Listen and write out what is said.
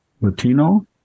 Latino